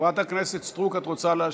חברת הכנסת סטרוק, את רוצה להשיב?